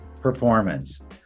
performance